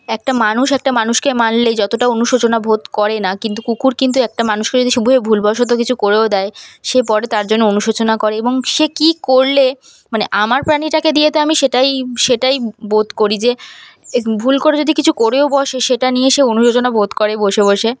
একটা মানুষ একটা মানুষকে মারলে যতটা অনুশোচনা বোধ করে না কিন্তু কুকুর কিন্তু একটা মানুষকে যদি সেভাবে ভুলবশত কিছু করেও দেয় সে পরে তার জন্য অনুশোচনা করে এবং সে কী করলে মানে আমার প্রাণীটাকে দিয়ে তো আমি সেটাই সেটাই বোধ করি যে ভুল করে যদি কিছু করেও বসে সে সেটা নিয়ে সে অনুশোচনা বোধ করে বসে বসে